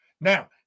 Now